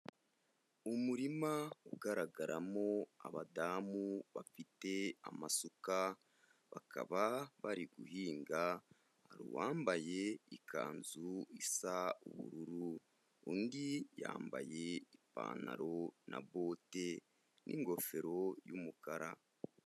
Umurima ugaragaramo abadamu bafite amasuka, bakaba bari guhinga; hari uwambaye ikanzu isa ubururu, undi yambaye ipantaro na bottes n'igofero y'umukara.